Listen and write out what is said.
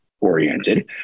oriented